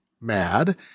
mad